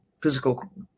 physical